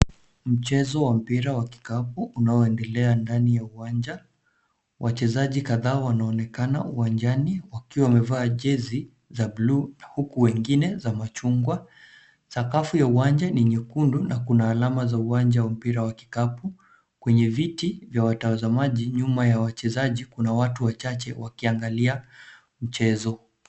Mchezo wa mpira wa kikapu unaoendela ndani ya uwanja. Wachezaji kadhaa wanaonekana uwanjani wakiwa wamevaa jezi za buluu huku wengine za machungwa. Sakafu ya uwanja ni nyekundu na kuna alama za uwanja wa mpira wa kikapu. Kwenye viti vya watazamaji nyuma ya wachezaji kuna watu wachache wakiangalia mchezo.